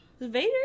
Vader